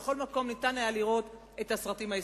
בכל מקום היה אפשר לראות את הסרטים הישראליים.